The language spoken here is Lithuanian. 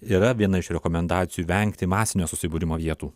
yra viena iš rekomendacijų vengti masinio susibūrimo vietų